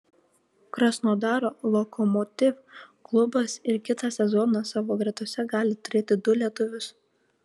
krasnodaro lokomotiv klubas ir kitą sezoną savo gretose gali turėti du lietuvius